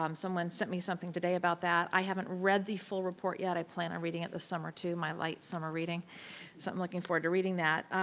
um someone sent me something today about that. i haven't read the full report yet. i plan on reading it this summer too, my light summer reading. so i'm looking forward to reading that.